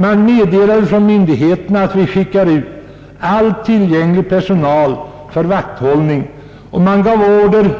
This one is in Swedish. Man meddelade från myndigheterna att vi skickar ut all tillgänglig personal för vakthållning och man gav order